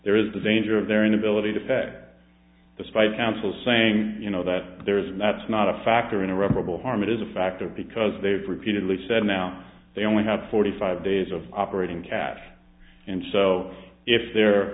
there is the danger of their inability to fat despite council saying you know that there's no that's not a factor in a rebel harm it is a factor because they have repeatedly said now they only have forty five days of operating cash and so if they're